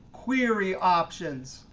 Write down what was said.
query options.